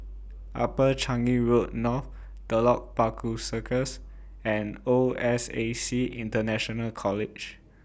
Upper Changi Road North Telok Paku Circus and O S A C International College